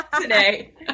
today